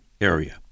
area